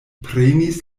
prenis